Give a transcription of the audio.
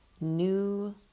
new